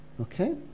okay